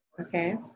Okay